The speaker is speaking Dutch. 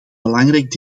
belangrijk